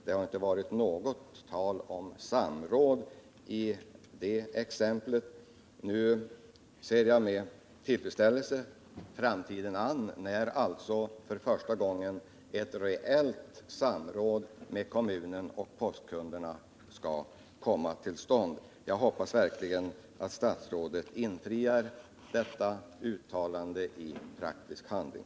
Det har inte varit tal om något samråd i det fallet. Nu ser jag med tillförsikt framtiden an. För första gången skall alltså ett reellt samråd med kommunen och postkunderna komma till stånd. Jag hoppas verkligen att statsrådet infriar detta löfte.